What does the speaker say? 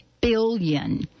billion